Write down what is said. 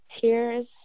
tears